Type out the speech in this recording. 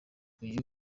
uyu